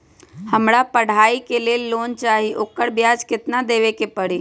हमरा पढ़ाई के लेल लोन चाहि, ओकर ब्याज केतना दबे के परी?